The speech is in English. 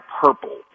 purple